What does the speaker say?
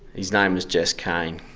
his name was jess caine.